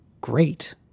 great